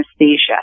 anesthesia